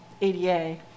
ada